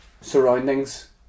Surroundings